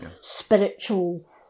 spiritual